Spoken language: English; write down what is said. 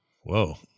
Whoa